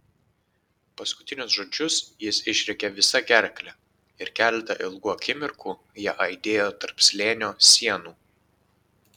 paskutinius žodžius jis išrėkė visa gerkle ir keletą ilgų akimirkų jie aidėjo tarp slėnio sienų